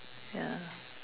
ya